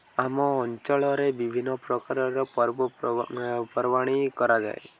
ଆମ ଅଞ୍ଚଳରେ ବିଭିନ୍ନପ୍ରକାରର ପର୍ବ ପର୍ବାଣି କରାଯାଏ